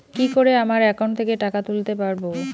কি করে আমার একাউন্ট থেকে টাকা তুলতে পারব?